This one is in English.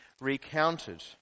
recounted